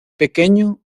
pequeño